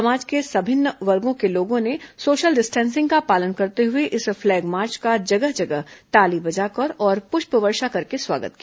समाज के विभिन्न वर्ग के लोगों ने सोशल डिस्टेंसिंग का पालन करते हुए इस फलैग मार्च का जगह जगह ताली बजाकर और प्ष्पवर्षा कर स्वागत किया